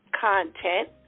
content